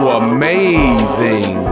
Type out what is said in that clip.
amazing